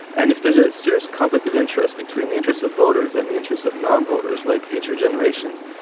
and if there's a serious conflict of interest between the interests of voters and the interests of non-voters, like future generations,